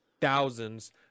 thousands